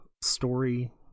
story